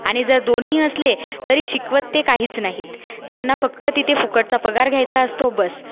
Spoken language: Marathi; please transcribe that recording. आणि जर दोन्हीही असले तरी शिकवत ते काहीच नाहीत त्यांना फक्त तिथे फुकटचा पगार घ्यायचा असतो बस